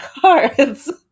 cards